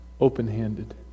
open-handed